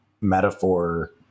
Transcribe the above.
metaphor